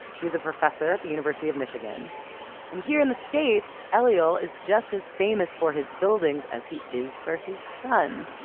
he was a professor at the university of michigan and here in the states, eliel is just as famous for his buildings as he is for his son,